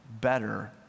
Better